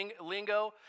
lingo